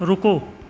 ਰੁਕੋ